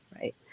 right